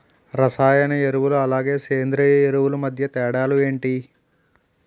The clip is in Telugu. రసాయన ఎరువులు అలానే సేంద్రీయ ఎరువులు మధ్య తేడాలు ఏంటి?